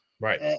Right